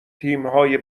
تیمهای